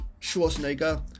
Schwarzenegger